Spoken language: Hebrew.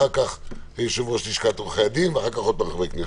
אחר כך יושב-ראש לשכת עורכי הדין ואחר כך עוד פעם חברי הכנסת.